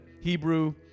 Hebrew